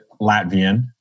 Latvian